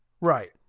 Right